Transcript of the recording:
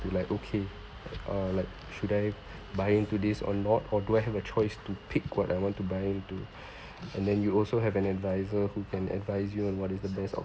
you like okay uh like should I buying today's or not or do I have a choice to pick what I want to buy into and then you also have an adviser who can advise you on what is the best